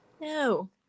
No